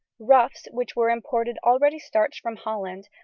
ruffs, which were imported already starched from holland,